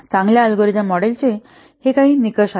चांगल्या अल्गोरिदम मॉडेलचे हे काही निकष आहेत